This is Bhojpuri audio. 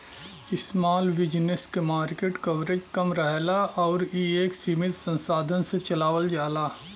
स्माल बिज़नेस क मार्किट कवरेज कम रहला आउर इ एक सीमित संसाधन से चलावल जाला